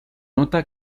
nota